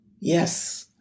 yes